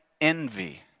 envy